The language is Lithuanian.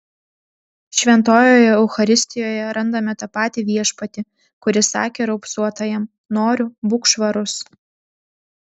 šventojoje eucharistijoje randame tą patį viešpatį kuris sakė raupsuotajam noriu būk švarus